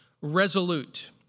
resolute